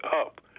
up